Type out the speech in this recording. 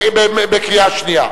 בקריאה שנייה.